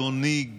אדוני,